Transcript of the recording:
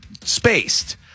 spaced